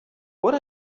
what